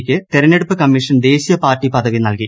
യ്ക്ക് തെരഞ്ഞെടുപ്പ് കമ്മീഷൻ ദേശീയ പാർട്ടി പദവി നൽകി